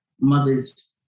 mother's